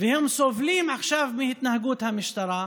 והם סובלים עכשיו מהתנהגות המשטרה,